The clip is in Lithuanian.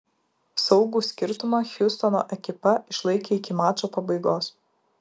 saugų skirtumą hjustono ekipa išlaikė iki mačo pabaigos